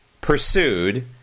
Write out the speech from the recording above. pursued